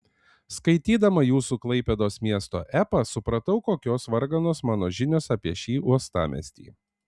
skaitydama jūsų klaipėdos miesto epą supratau kokios varganos mano žinios apie šį uostamiestį